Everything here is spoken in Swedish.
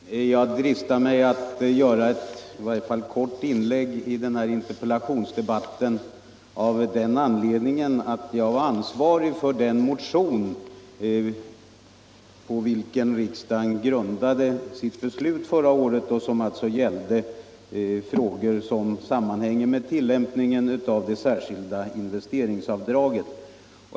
Herr talman! Jag dristar mig till att göra ett kort inlägg i denna interpellationsdebatt, av den anledningen att jag var ansvarig för den motion, på vilken riksdagen grundade sitt beslut förra året om frågor som sammanhänger med tillämpningen av reglerna för det särskilda investeringsavdraget.